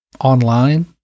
online